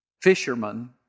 fisherman